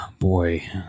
Boy